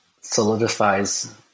solidifies